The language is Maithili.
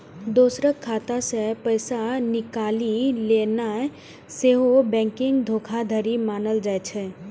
दोसरक खाता सं पैसा निकालि लेनाय सेहो बैंकिंग धोखाधड़ी मानल जाइ छै